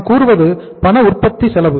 நான் கூறுவது பண உற்பத்தி செலவு